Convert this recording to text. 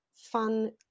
fun